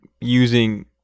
using